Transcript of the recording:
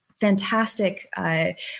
fantastic